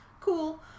Cool